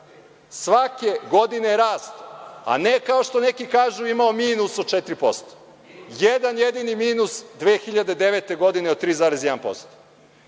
svake godine rastao, a ne kao što neki kažu ima minus od 4%. Jedan jedini minus 2009. godine od 3,1%,